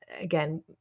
again